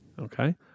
okay